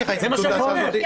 זה מה שאני אומר.